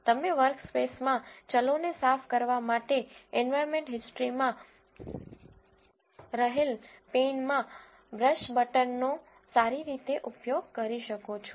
તમે વર્કસ્પેસમાં ચલોને સાફ કરવા માટે એન્વાયરમેન્ટ હિસ્ટ્રી માં રહેલ પેનમાં બ્રશ બટનનો સારી રીતે ઉપયોગ કરી શકો છો